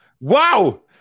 Wow